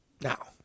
now